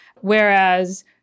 Whereas